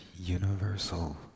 universal